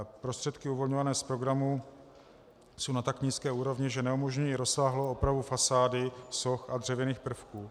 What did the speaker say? Prostředky uvolňované z programu jsou na tak nízké úrovni, že neumožňují rozsáhlou opravu fasády, soch a dřevěných prvků.